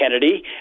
kennedy